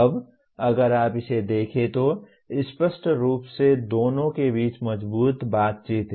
अब अगर आप इसे देखें तो स्पष्ट रूप से दोनों के बीच मजबूत बातचीत है